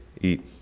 eat